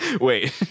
wait